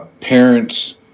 parents